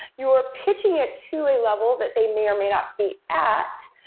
you are pitching it to a level that they may or may not be at.